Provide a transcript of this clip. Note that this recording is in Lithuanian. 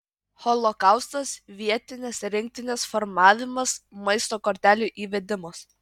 holokaustas vietinės rinktinės formavimas maisto kortelių įvedimas